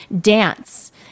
dance